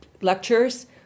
lectures